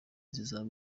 zizaba